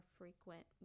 frequent